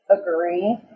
agree